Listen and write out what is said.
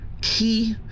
key